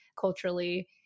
culturally